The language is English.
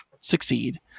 succeed